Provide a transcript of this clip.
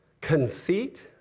conceit